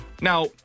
Now